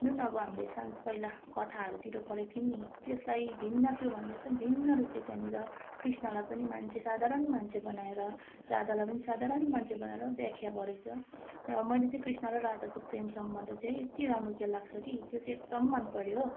जुन अब हामीले शान्त पहिला कथाहरूतिर पढेको थियौँ नि त्यसलाई भिन्न त्योभन्दा एकदम भिन्न रूपले त्यहाँनिर कृष्णलाई पनि मान्छे साधारण मान्छे बनाएर राधालाई पनि साधारण मान्छे बनाएर व्याख्या गरेको छ र मैले चाहिँ कृष्ण र राधाको प्रेम सम्बन्ध चाहिँ यत्ति राम्रो केलाएको छ कि त्यो चाहिँ एकदम मनपर्यो हो